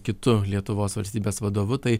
kitu lietuvos valstybės vadovu tai